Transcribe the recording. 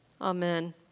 Amen